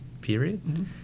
period